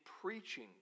preaching